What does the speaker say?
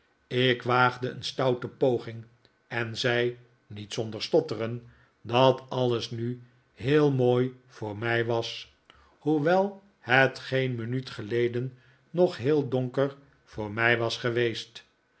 ik waagde een stoute poging en zei niet zonder stotteren dat alles nu heel mooi voor mij was hoewel het geen minuut geleden nog heel donker voor mij was geweest